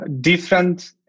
different